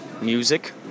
music